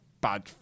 bad